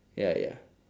ya ya